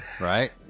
Right